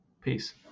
Peace